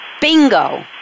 Bingo